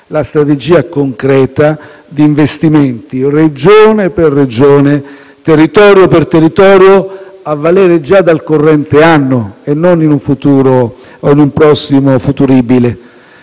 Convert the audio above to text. la strategia concreta di investimenti Regione per Regione, territorio per territorio, a valere già dal corrente anno e non in un futuro prossimo o futuribile.